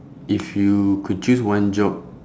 if you could choose one job